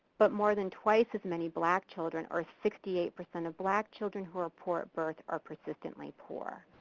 but more than twice as many black children or sixty eight percent of black children who are poor at birth are persistently poor.